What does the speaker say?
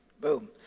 Boom